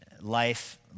Life